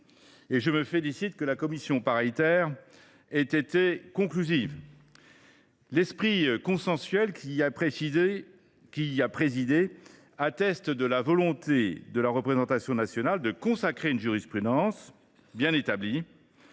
je me félicite de ce que la commission mixte paritaire ait été conclusive. L’esprit consensuel qui y a régné est la preuve de la ferme volonté de la représentation nationale de consacrer une jurisprudence bien établie,